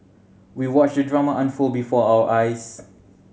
we watched the drama unfold before our eyes